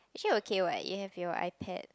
actually okay what you have your iPad